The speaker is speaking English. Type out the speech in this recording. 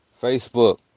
Facebook